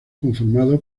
conformado